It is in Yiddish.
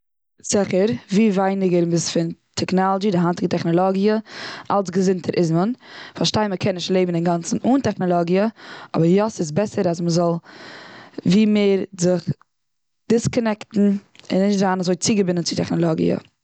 זיכער, ווי ווייניגער מ'איז פון טעקנאלידזשי, די היינטיגע טעכנעלאגיע אלץ געזונטער איז מען. כ'פארשטיי מ'קען נישט לעבן אינגאנצן אן טעכנאלאגיע. אבער יא, ס'איז זיכער מ'זאל זיך ווי מער דיסקענעקטן, און נישט זיין אזוי צוגעבינדן צו טעכנעלאגיע.